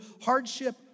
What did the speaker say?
hardship